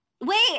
Wait